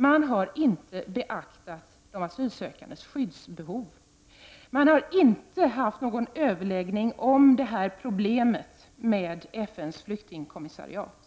Man har inte beaktat de asylsökandes skyddsbehov. Man har inte haft någon överläggning om det här problemet med FN:s flyktingkommissariat,